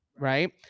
right